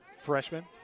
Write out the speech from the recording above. freshman